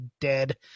dead